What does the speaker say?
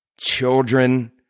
children